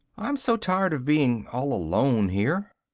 i am so tired of being all alone here!